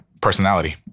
Personality